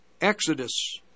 exodus